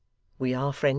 we are friends